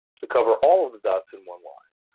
to cover all the dots in one line,